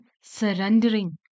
surrendering